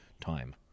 time